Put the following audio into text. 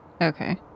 Okay